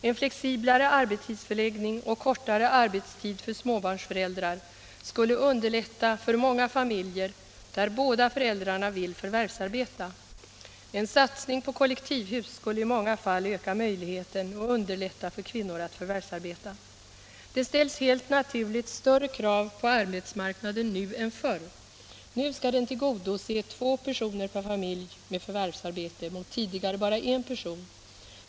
En flexiblare arbetstidsförläggning och kortare arbetstid för småbarnsföräldrar skulle underlätta för många familjer där båda föräldrarna vill förvärvsarbeta. En satsning på kollektivhus skulle i många fall öka möjligheten och un — Nr 47 derlätta för kvinnor att förvärvsarbeta. Torsdagen den Det ställs helt naturligt större krav på.arbetsmarknaden nu än förr. Nu 16.december 1976 skall den tillgodose två personer per familj med förvärvsarbete mot tidigare bara en person.